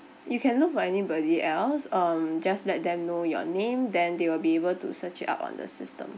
you can look for anybody else um just let them know your name then they will be able to search it up on the system